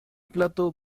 plato